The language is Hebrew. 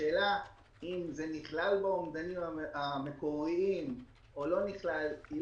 השאלה אם זה נכלל באומדנים המקוריים או לא נכלל לא